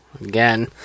Again